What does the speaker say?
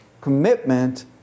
commitment